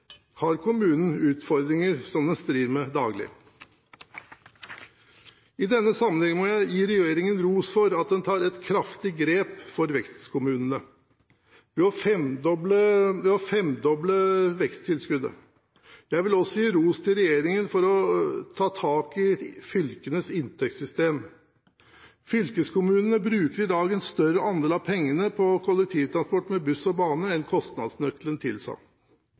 har kommunen utfordringer som den strir med daglig. I denne sammenheng må jeg gi regjeringen ros for at den tar et kraftig grep for vekstkommunene ved å femdoble veksttilskuddet. Jeg vil også gi ros til regjeringen for å ta tak i fylkenes inntektssystem. Fylkeskommunene bruker i dag en større andel av pengene på kollektivtransport med buss og bane enn kostnadsnøkkelen tilsa.